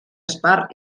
espart